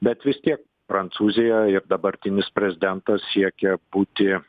bet vis tiek prancūzija ir dabartinis prezidentas siekia būti